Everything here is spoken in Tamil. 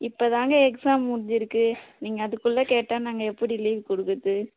இப்போ தான்ங்க எக்ஸாம் முடிஞ்சுருக்கு நீங்கள் அதுக்குள்ளே கேட்டால் நாங்கள் எப்படி லீவு கொடுக்குறது